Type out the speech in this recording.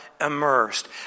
immersed